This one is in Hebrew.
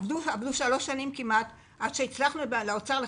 עבדו כמעט שלוש שנים עד שהצלחנו לחדש את זה באוצר.